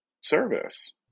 service